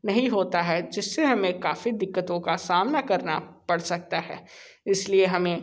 नहीं होता है जिस से हमें काफ़ी दिक्कतों का सामना करना पड़ सकता है इस लिए हमें